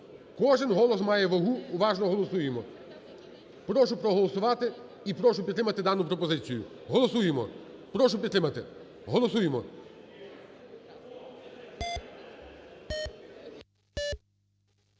Кожен голос має вагу, уважно голосуємо. Прошу проголосувати. І прошу підтримати дану пропозицію. Голосуємо. Прошу підтримати. Голосуємо.